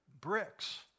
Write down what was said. bricks